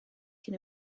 cyn